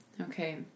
okay